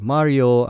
Mario